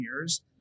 years